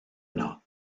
yno